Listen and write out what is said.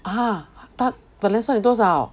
ah 她本来算你多少